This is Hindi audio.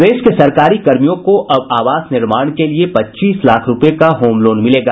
प्रदेश के सरकारी कर्मियों को अब आवास निर्माण के लिए पच्चीस लाख रुपये का होम लोन मिलेगा